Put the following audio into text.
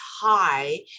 high